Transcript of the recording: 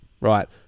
Right